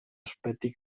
aspetti